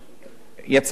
יצא 20,